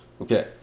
Okay